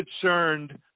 concerned